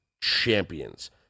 champions